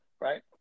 right